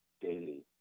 daily